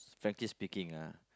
frankly speaking ah